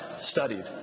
studied